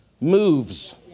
moves